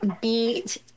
beat